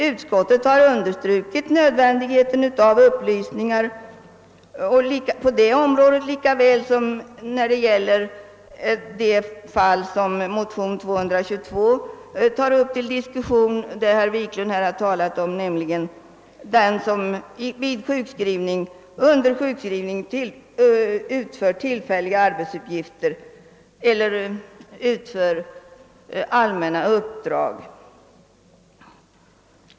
Utskottet har dock understrukit nödvändigheten av upplysning på detta område lika väl som när det gäller de fall som motionen II: 222 tar upp till diskussion och som herr Wiklund i Stockholm här har talat om, nämligen då någon under sjukskrivning utför tillfälliga arbetsuppgifter eller fullgör allmänna uppdrag.